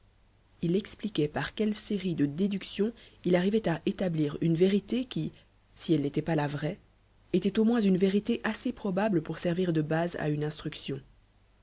il expliquait par quelle série de déductions il arrivait à établir une vérité qui si elle n'était pas la vraie était au moins une vérité assez probable pour servir de base à une instruction